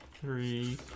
Three